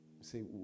see